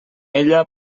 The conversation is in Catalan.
ella